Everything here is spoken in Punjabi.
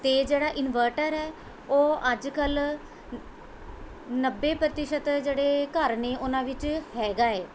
ਅਤੇ ਜਿਹੜਾ ਇਨਵਰਟਰ ਹੈ ਉਹ ਅੱਜ ਕੱਲ੍ਹ ਨੱਬੇ ਪ੍ਰਤੀਸ਼ਤ ਜਿਹੜੇ ਘਰ ਨੇ ਉਹਨਾਂ ਵਿੱਚ ਹੈਗਾ ਏ